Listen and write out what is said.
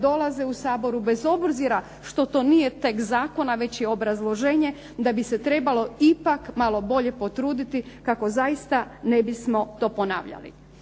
dolaze u Saboru bez obzira što to nije tekst zakona, već je obrazloženje da bi se trebalo ipak malo bolje potruditi kako zaista ne bismo to ponavljali.